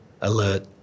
alert